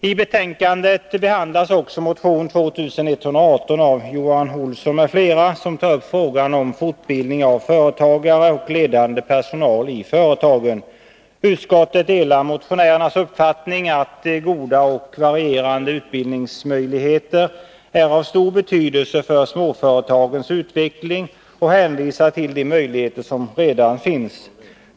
I betänkandet behandlas också motion 2118 av Johan Olsson m.fl., som tar upp frågan om fortbildning av företagare och ledande personal i företagen. Utskottet delar motionärernas uppfattning, att goda och varierade utbildningsmöjligheter är av stor betydelse för småföretagens utveckling, och hänvisar till de möjligheter som redan finns.